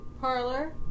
parlor